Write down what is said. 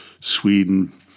Sweden